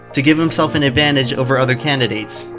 to give himself an advantage over other candidates.